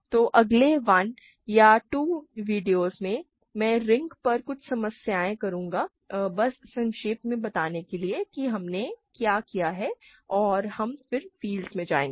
तो अगले 1 या 2 वीडियो में मैं रिंग्स पर कुछ समस्याएँ करूँगा बस संक्षेप में बताने के लिए कि हमने क्या किया है और फिर हम फ़ील्ड्स में जाएंगे